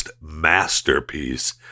masterpiece